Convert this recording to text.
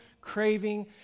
craving